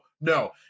no